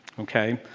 ok?